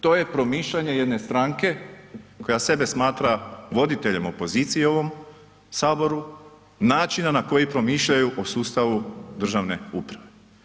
To je promišljanje jedne stranke koja sebe smatra voditeljem opozicije u ovom Saboru, načina na koji promišljaju o sustavu državne uprave.